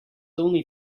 only